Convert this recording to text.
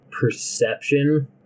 perception